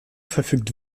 verfügt